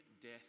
death